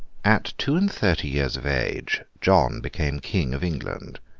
at two-and-thirty years of age, john became king of england.